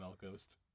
ghost